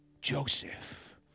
Joseph